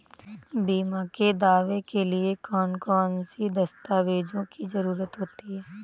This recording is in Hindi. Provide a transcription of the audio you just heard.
बीमा के दावे के लिए कौन कौन सी दस्तावेजों की जरूरत होती है?